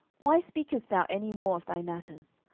why speakest thou any more of thy matters?